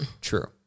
True